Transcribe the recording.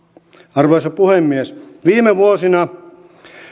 arvoisa puhemies viime vuosina